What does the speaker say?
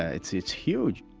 yeah, it's it's huge.